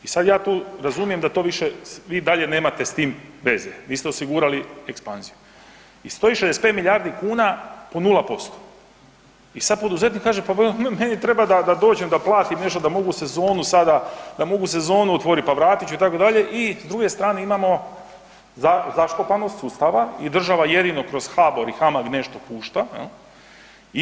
I sad ja tu, razumijem da to više, vi dalje nemate s tim veze, vi ste osigurali ekspanziju, i stoji 65 milijardi kuna po 0% i sad poduzetnik kaže, pa meni treba da dođem, da platim nešto, da mogu sezonu sada, da mogu sezonu otvoriti, pa vratit ću, itd. i s druge strane imamo zaštopanost sustava i država jedino kroz HBOR i HAMAG nešto pušta, je li?